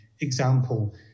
Example